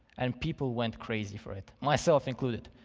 and people went crazy for it, myself included.